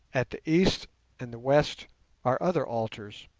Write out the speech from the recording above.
at the east and the west are other altars,